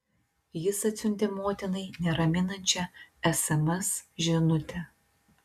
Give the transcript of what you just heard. jis atsiuntė motinai neraminančią sms žinutę